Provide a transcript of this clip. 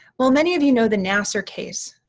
while many of you know the nassar case,